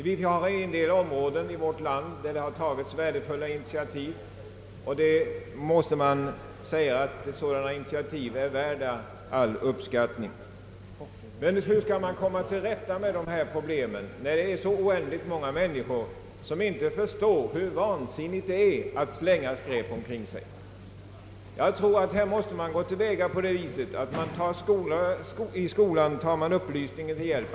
Vi har en del områden i vårt land där det har tagits värdefulla initiativ, och sådana initiativ förtjänar all uppskattning. Men hur skall vi komma till rätta med dessa problem när så oändligt många människor inte förstår hur vansinnigt det är att slänga skräp omkring sig? Jag tror att vi här måste gå till väga på det sättet att vi i skolan tar upplysningen till hjälp.